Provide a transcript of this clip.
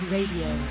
Radio